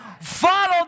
follow